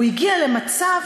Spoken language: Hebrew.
הוא הגיע למצב